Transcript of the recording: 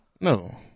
no